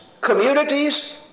communities